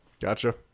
Gotcha